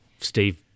Steve